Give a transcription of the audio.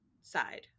side